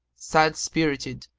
sad-spirited,